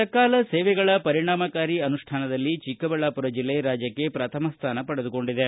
ಸಕಾಲ ಸೇವೆಗಳ ಪರಿಣಾಮಕಾರಿ ಅನುಷ್ಠಾನದಲ್ಲಿ ಚಿಕ್ಕಬಳ್ಳಾಪುರ ಜಲ್ಲೆ ರಾಜ್ಯಕ್ಕೆ ಪ್ರಥಮ ಸ್ಥಾನ ಪಡೆದುಕೊಂಡಿದೆ